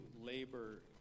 labor